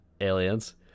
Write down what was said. aliens